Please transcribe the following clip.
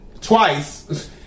twice